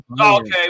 Okay